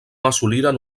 assoliren